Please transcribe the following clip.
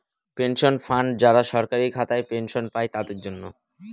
pension fund যারা সরকারি খাতায় পেনশন পাই তাদের জন্য